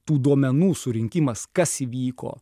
tų duomenų surinkimas kas įvyko